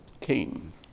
came